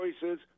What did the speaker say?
choices